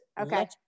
Okay